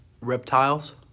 Reptiles